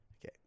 Okay